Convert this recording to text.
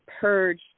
purge